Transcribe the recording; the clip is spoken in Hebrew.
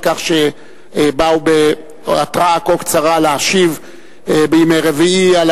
על כך שבאו בהתרעה כה קצרה להשיב בימי רביעי על